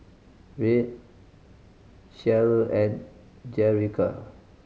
Rhett Cherryl and Jerica